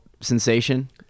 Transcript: sensation